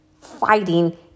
fighting